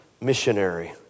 missionary